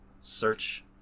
search